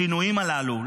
השינויים הללו,